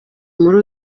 muri